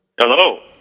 Hello